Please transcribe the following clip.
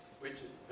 which is